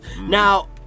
Now